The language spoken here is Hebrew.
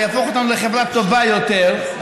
וזה יהפוך אותנו לחברה טובה יותר,